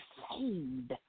saved